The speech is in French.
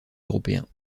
européens